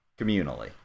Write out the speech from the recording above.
communally